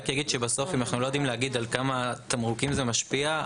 בסוף אנו לא יודעים לומר על כמה תמרוקים זה משפיע.